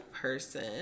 person